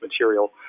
material